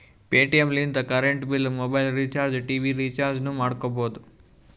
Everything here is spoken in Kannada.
ಪೇಟಿಎಂ ಲಿಂತ current bill, mobile recharge, TV ರಿಚಾರ್ಜನೂ ಮಾಡ್ಕೋಬೋದು